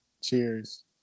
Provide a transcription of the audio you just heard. cheers